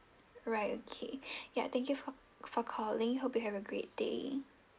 alright okay ya thank you for for calling hope you have a great day